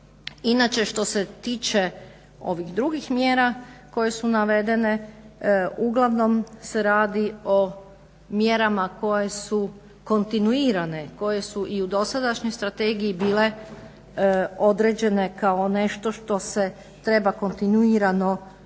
Inače što se tiče ovih drugih mjera koje su navedene, uglavnom se radi o mjerama koje su kontinuirane, koje su i u dosadašnjoj strategiji bile određene kao nešto što se treba kontinuirano raditi,